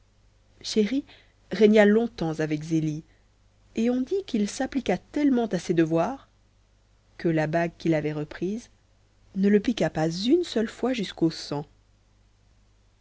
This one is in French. chéri régna longtemps avec zélie et on dit qu'il s'appliqua tellement à ses devoirs que la bague qu'il avait reprise ne le piqua pas une seule fois jusqu'au sang